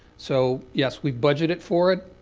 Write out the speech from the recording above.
so yes, we've budgeted for it.